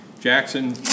Jackson